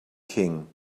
king